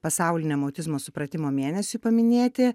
pasauliniam autizmo supratimo mėnesiui paminėti